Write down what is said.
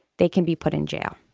they can be put in jail.